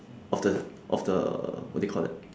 of the of the what do you call that